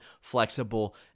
flexible